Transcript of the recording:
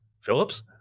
Phillips